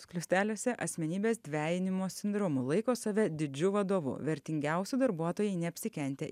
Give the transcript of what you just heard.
skliausteliuose asmenybės dvejinimos sindromu laiko save didžiu vadovu vertingiausi darbuotojai neapsikentę